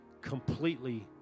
completely